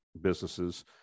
businesses